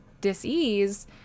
disease